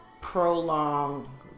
prolong